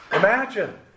Imagine